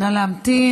נא להמתין.